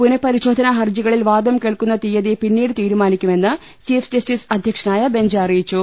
പുനഃപരിശോധനാ ഹർജികളിൽ വാദം കേൾക്കുന്ന തിയ്യതി പിന്നീട് തീരുമാനിക്കുമെന്ന് ചീഫ് ജസ്റ്റിസ് അധ്യക്ഷനായ ബെഞ്ച് അറിയിച്ചു